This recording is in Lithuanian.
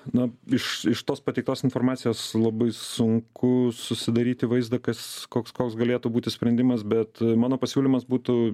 na iš iš tos pateiktos informacijos labai sunku susidaryti vaizdą kas koks koks galėtų būti sprendimas bet mano pasiūlymas būtų